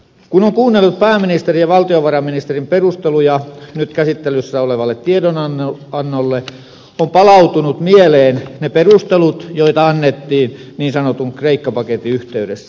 kun on kuunnellut pääministerin ja valtiovarainministerin perusteluja nyt käsittelyssä olevalle tiedonannolle ovat palautuneet mieleen ne perustelut joita annettiin niin sanotun kreikka paketin yhteydessä